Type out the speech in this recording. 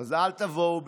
אז אל תבואו בטענות.